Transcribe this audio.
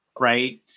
right